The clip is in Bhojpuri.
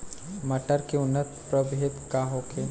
मटर के उन्नत प्रभेद का होखे?